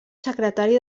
secretari